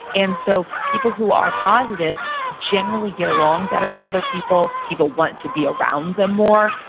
and so, people who are positive generally get along better with other people. people want to be around them more.